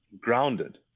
grounded